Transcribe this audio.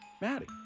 Maddie